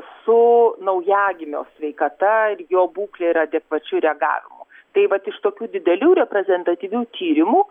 su naujagimio sveikata ir jo būkle ir adekvačiu reagavimu tai vat iš tokių didelių reprezentatyvių tyrimų